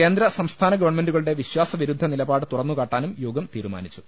കേന്ദ്ര സംസ്ഥാന ഗവൺമെന്റുകളുടെ വിശ്വാസ വിരുദ്ധ നിലപാട് തുറന്നുകാട്ടാനും യോഗം തീരുമാനിച്ചു